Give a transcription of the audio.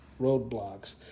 Roadblocks